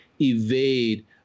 evade